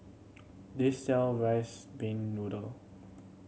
this sell rice pin noodle